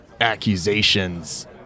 accusations